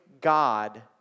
God